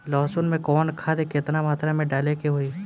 लहसुन में कवन खाद केतना मात्रा में डाले के होई?